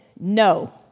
no